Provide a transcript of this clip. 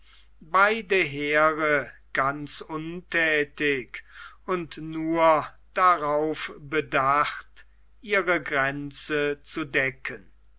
beide heere ganz unthätig und nur darauf bedacht ihre grenze zu decken